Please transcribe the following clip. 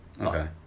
okay